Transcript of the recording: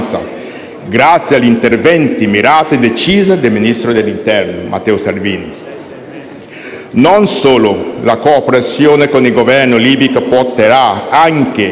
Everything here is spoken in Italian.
grazie agli interventi mirati decisi dal ministro dell'interno, Matteo Salvini. Non solo: la cooperazione con il Governo libico porterà anche